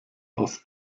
aus